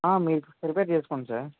మీరు ప్రిపేర్ చేసుకోండి సార్